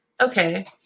okay